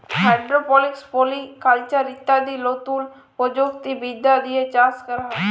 hydroponics, polyculture ইত্যাদি লতুন প্রযুক্তি বিদ্যা দিয়ে চাষ ক্যরা হ্যয়